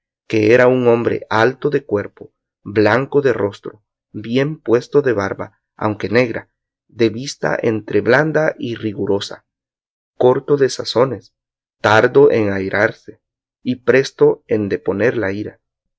que era un hombre alto de cuerpo blanco de rostro bien puesto de barba aunque negra de vista entre blanda y rigurosa corto de razones tardo en airarse y presto en deponer la ira